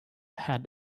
had